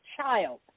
child